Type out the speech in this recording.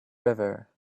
river